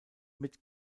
mit